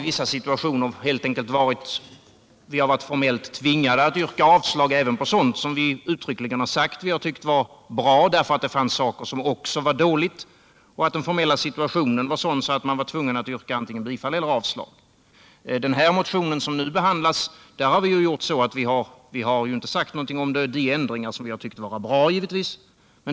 Vi har varit tvingade att yrka avslag även för sådant vi uttryckligen sagt var bra därför att förslaget också innehållit sådant som var dåligt och den formella situationen tvingat oss att yrka antingen bifall eller avslag. Beträffande den motion som nu behandlas har vi inte sagt någonting om de ändringar vi anser är bra.